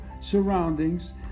surroundings